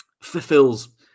fulfills